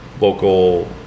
local